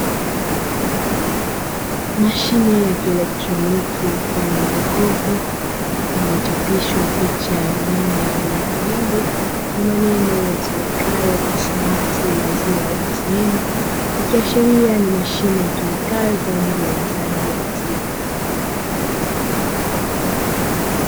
Mashine ya kielektroniki mfano wa jokofu iliyochapishwa picha ya mnyama aina ng'ombe na maneno yasomekayo "TASSMATT maziwa ATM", ikiashiria ni mashine itumikayo kwa ajili ya uuzaji wa maziwa.